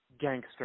Gangster